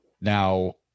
Now